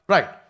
Right